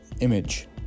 image